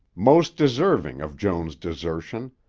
most deserving of joan's desertion,